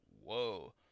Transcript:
whoa